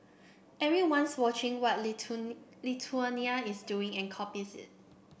everyone's watching what Lithuania is doing and copies it